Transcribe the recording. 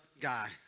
guy